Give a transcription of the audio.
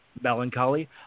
melancholy